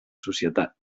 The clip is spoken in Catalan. societat